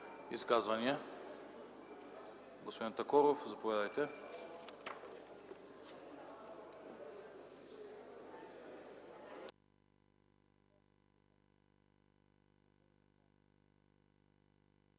изказвания? Господин Димитров, заповядайте.